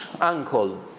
uncle